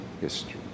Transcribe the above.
history